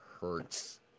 hurts